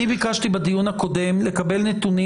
אני ביקשתי בדיון הקודם לקבל נתונים